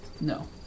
No